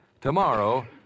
Tomorrow